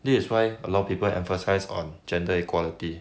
this is why a lot of people emphasise on gender equality